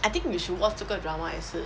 I think you should watch 这个 drama 也是